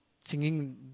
singing